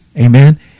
Amen